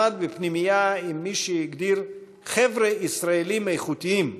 למד בפנימייה עם מי שהגדיר "חבר'ה ישראלים איכותיים",